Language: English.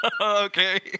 Okay